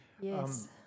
Yes